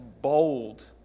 bold